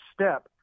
step